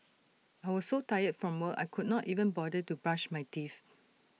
I was so tired from work I could not even bother to brush my teeth